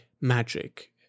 magic